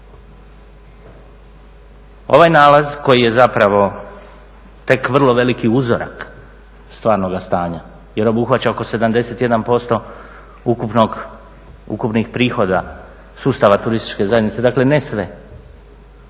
Ovaj nalaz koji je zapravo tek vrlo veliki uzorak stvarnoga stanja jer obuhvaća oko 71% ukupnih prihoda sustava turističke zajednice, dakle ne sve,